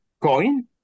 coin